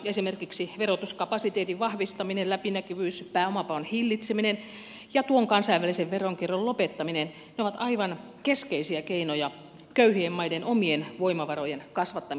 esimerkiksi verotuskapasiteetin vahvistaminen läpinäkyvyys pääomapaon hillitseminen ja tuon kansainvälisen veronkierron lopettaminen ovat aivan keskeisiä keinoja köyhien maiden omien voimavarojen kasvattamisessa